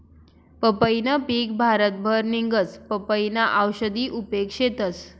पंपईनं पिक भारतभर निंघस, पपयीना औषधी उपेग शेतस